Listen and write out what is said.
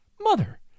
Mother